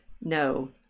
no